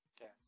Yes